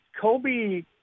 Kobe